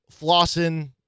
flossing